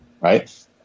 right